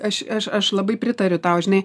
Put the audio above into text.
aš aš aš labai pritariu tau žinai